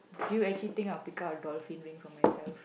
do you actually I'll pick up a dolphin ring for myself